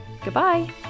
goodbye